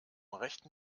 rechten